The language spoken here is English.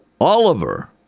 Oliver